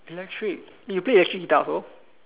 electric eh you play electric guitar also